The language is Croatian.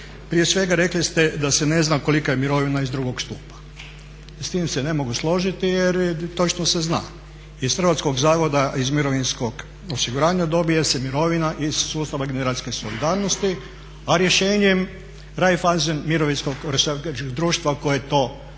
Prije svega rekli ste da se ne zna kolika je mirovina iz drugog stupa. S tim se ne mogu složiti jer točno se zna, iz Hrvatskog zavoda za mirovinsko osiguranje dobije se mirovina iz sustava generacijske solidarnosti, a rješenjem Raiffeisen mirovinskog društva koje to